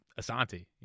Asante